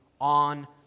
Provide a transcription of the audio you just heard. on